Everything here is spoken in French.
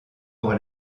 pour